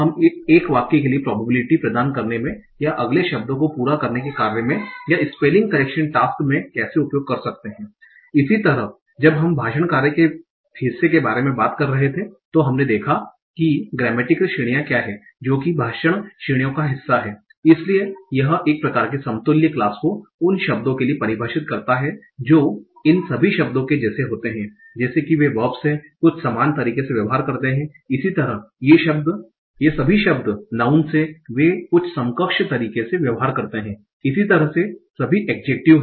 हम एक वाक्य के लिए प्रॉबेबिलिटि प्रदान करने में या अगले शब्द को पूरा करने के कार्य में या स्पेलिंग करेक्शन टास्क में कैसे उपयोग कर सकते हैं इसी तरह जब हम भाषण कार्य के हिस्से के बारे में बात कर रहे थे तो हमने देखा कि ग्रेमेटिकल श्रेणियां क्या हैं जो की भाषण श्रेणियों का हिस्सा हैं इसलिए यह एक प्रकार के समतुल्य क्लास को उन शब्दों के लिए परिभाषित करता है जो इन सभी शब्दों के जैसे होते हैं जैसे कि वे वर्ब्स हैं कुछ समान तरीके से व्यवहार करते हैं इसी तरह ये सभी शब्द नाउँनस हैं वे कुछ समकक्ष तरीके से व्यवहार करते हैं इसी तरह ये सभी एडजेकटिव्स हैं